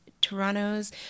Toronto's